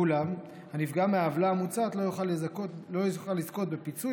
ואולם הנפגע מהעוולה המוצעת לא יוכל לזכות בפיצוי